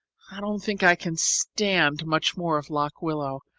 i don't think i can stand much more of lock willow.